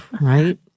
right